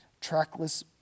trackless